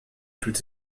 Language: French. tout